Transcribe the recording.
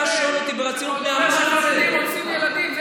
אני שומע סגן ראש עיר שלכם שאומר שחרדים אונסים ילדים.